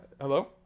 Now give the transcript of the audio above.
Hello